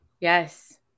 Yes